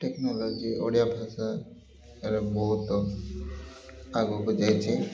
technology Odia ଭାଷାର ବହୁତ ଆଗକୁ ଯାଇଛି